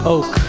Oak